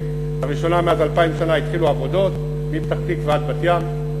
לראשונה מאז אלפיים שנה התחילו עבודות מפתח-תקווה עד בת-ים,